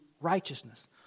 righteousness